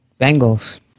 Bengals